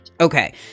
okay